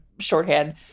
shorthand